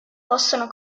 possono